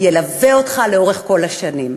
ילווה אותך לאורך כל השנים.